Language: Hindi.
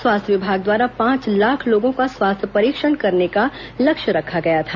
स्वास्थ्य विभाग द्वारा पांच लाख लोगों का स्वास्थ्य परीक्षण करने का लक्ष्य रखा गया था